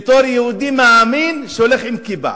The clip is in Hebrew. בתור יהודי מאמין, שהולך עם כיפה,